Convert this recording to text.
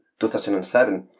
2007